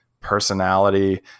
personality